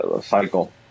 cycle